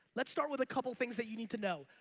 let's start with a couple things that you need to know.